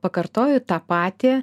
pakartoju tą patį